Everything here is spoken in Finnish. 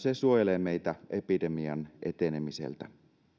se suojelee meitä epidemian etenemiseltä